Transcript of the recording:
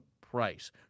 price